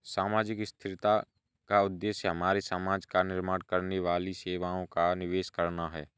सामाजिक स्थिरता का उद्देश्य हमारे समाज का निर्माण करने वाली सेवाओं का निवेश करना है